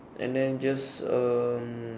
and then just um